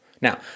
Now